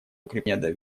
укрепления